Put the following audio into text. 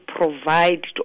provide